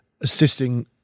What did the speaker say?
assisting